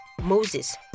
Moses